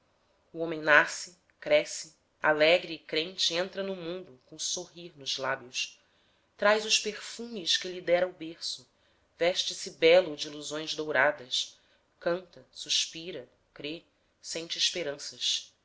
o homem nasce cresce alegre e crente entra no mundo co sorrir nos lábios traz os perfumes que lhe dera o berço veste-se belo dilusões douradas canta suspira crê sente esperanças